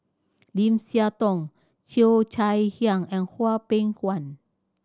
Lim Siah Tong Cheo Chai Hiang and Hwang Peng Yuan